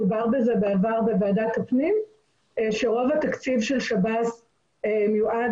דובר בזה גם בעבר בוועדת הפנים שרוב התקציב של שב"ס מיועד